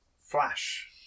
flash